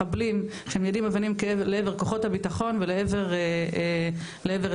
מחבלים שמיידים אבנים לעבר כוחות הביטחון ולעבר אזרחים.